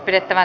asia